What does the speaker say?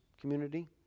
community